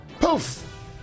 Poof